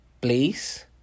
place